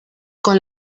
con